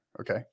Okay